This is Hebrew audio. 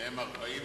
וזה 40%,